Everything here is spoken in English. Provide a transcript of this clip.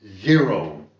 Zero